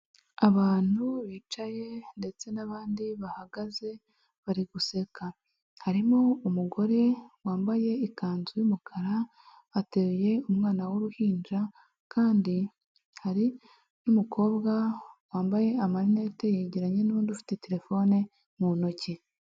Abantu bicaye ndetse n'abandi bahagaze bari guseka, harimo umugore wambaye ikanzu y'umukara ateruye umwana w'uruhinja kandi hari n'umukobwa wambaye amarinete yegeranye n'undi ufite terefone mu ntoki.